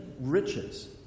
riches